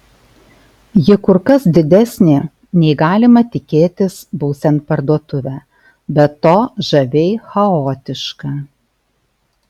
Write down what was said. ji kur kas didesnė nei galima tikėtis būsiant parduotuvę be to žaviai chaotiška